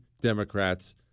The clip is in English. Democrats